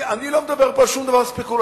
אני לא מדבר פה על שום דבר ספקולטיבי.